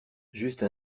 juste